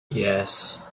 yes